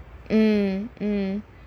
um um